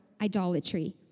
idolatry